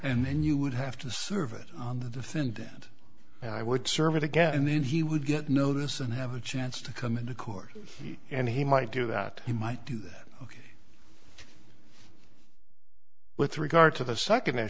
and then you would have to serve it on the thing that i would serve it again and then he would get notice and have a chance to come into court and he might do that he might do that ok with regard to the second